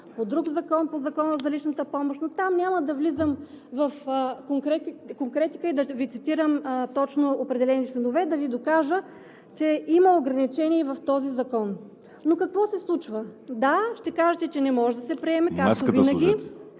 по друг закон – по Закона за личната помощ, но там няма да влизам в конкретика и да Ви цитирам точно определени членове, да Ви докажа, че има ограничение в този закон. Но какво се случва? Да, ще кажете, че не може да се приеме, както винаги.